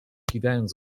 kiwając